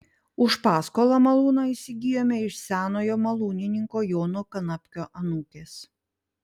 už paskolą malūną įsigijome iš senojo malūnininko jono kanapkio anūkės